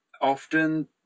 often